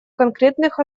конкретных